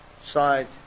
side